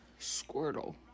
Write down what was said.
Squirtle